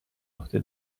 عهده